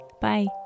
Bye